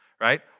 right